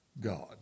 God